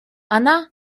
она